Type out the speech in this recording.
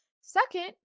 Second